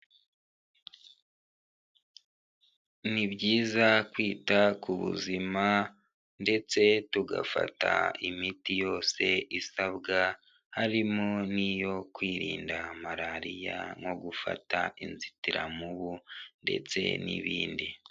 Ni byiza kwita ku buzima ndetse tugafata imiti yose isabwa, harimo n'iyo kwirinda malariya nko gufata inzitiramubu ndetse n'ibindi.